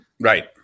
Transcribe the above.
right